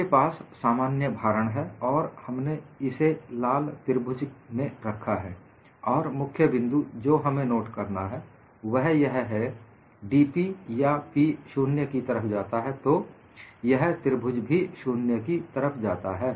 आपके पास सामान्य भारण है और हमने इसे एक लाल त्रिभुज में रखा है और मुख्य बिंदु जो हमें नोट करना है वह यह है dP या P 0 की तरफ जाता है तो यह त्रिभुज भी शून्य की तरफ जाता है